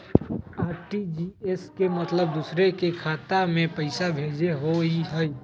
RTGS के मतलब दूसरे के खाता में पईसा भेजे होअ हई?